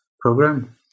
program